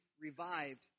revived